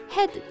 Head